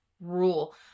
rule